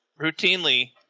routinely